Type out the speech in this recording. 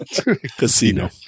Casino